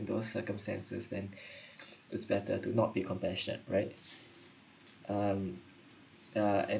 those circumstances then it's better to not be compassionate right um yeah and